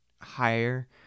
higher